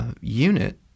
unit